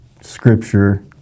Scripture